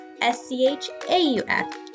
S-C-H-A-U-F